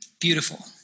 beautiful